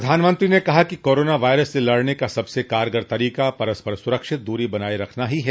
प्रधानमंत्री ने कहा कि कोरोना वायरस से लड़ने का सबसे कारगर तरीका परस्पर सुरक्षित दूरी बनाये रखना ही है